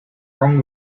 wrong